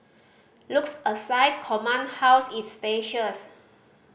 looks aside Command House is spacious